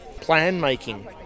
plan-making